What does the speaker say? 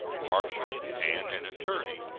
marshal, and an attorney,